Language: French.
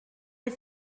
les